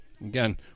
Again